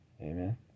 amen